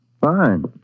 Fine